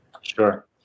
Sure